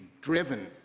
driven